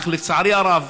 אך, לצערי הרב,